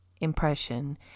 impression